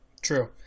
True